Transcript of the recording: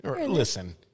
Listen